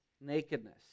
nakedness